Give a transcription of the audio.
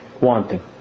wanting